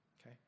okay